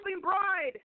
bride